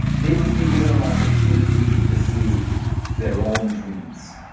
they must be given an opportunity to pursue their own dreams.